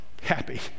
happy